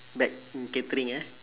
back in catering ah